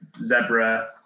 Zebra